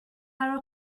are